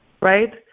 right